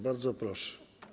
Bardzo proszę.